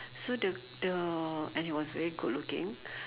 so the the and he was very good looking